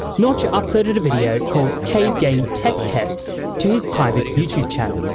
notch uploaded a video called cave game tech test to his private youtube channel,